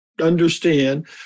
understand